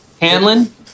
Hanlon